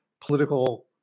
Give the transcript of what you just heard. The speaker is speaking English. political